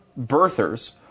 birthers